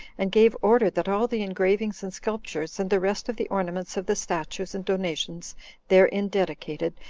and gave order that all the engravings and sculptures, and the rest of the ornaments of the statues and donations therein dedicated,